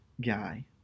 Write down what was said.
guy